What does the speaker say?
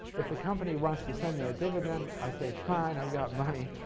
if the company wants to send me a dividend, i say fine, i've got money.